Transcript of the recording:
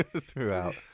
throughout